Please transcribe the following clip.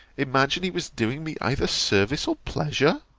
imagine he was doing me either service or pleasure